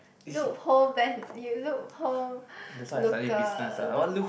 loophole bend~ you loophole looker loop~